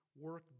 work